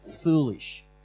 foolish